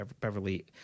Beverly